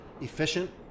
Efficient